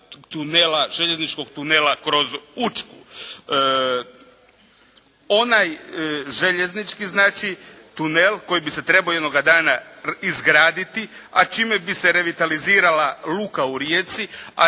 bila željezničkog tunela kroz Učku. Onaj željeznički znači tunel koji bi se trebao jednoga dana izgraditi a čime bi se revitalizirala luka u Rijeci a